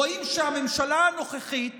רואים שהממשלה הנוכחית